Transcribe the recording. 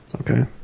Okay